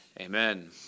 Amen